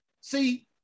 See